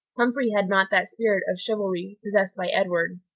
humphrey had not that spirit of chivalry possessed by edward.